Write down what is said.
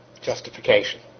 justification